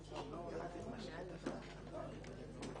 לנהל,